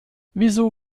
wieso